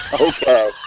Okay